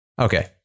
Okay